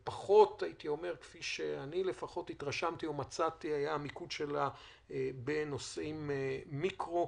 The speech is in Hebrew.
ופחות, כפי שאני התרשמתי או מצאתי, בנושאי מיקרו.